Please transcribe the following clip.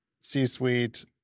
C-suite